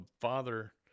father